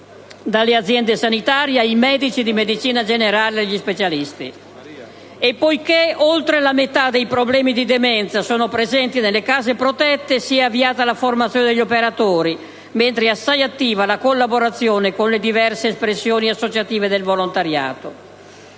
delle aziende sanitarie, dei medici di medicina generale e degli specialisti. Poiché oltre la metà dei problemi di demenza sono presenti nelle case protette, si è avviata la formazione degli operatori, mentre è assai attiva la collaborazione con le diverse espressioni associative del volontariato.